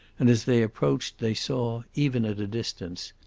and as they approached they saw, even at a distance,